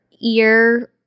ear-